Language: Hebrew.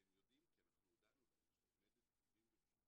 והם יודעים כי אנחנו הודענו להם שעומדים לרשותנו